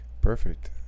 perfect